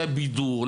לבידור,